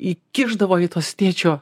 įkišdavo į tuos tėčio